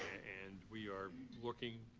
and we are looking